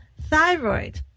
thyroid